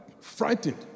frightened